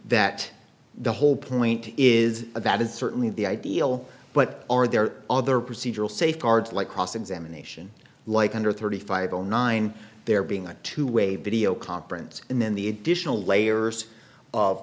that the whole point is that it's certainly the ideal but are there other procedural safeguards like cross examination like under thirty five zero nine there being a two way video conference and then the additional layers of